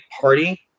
party